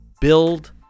build